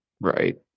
Right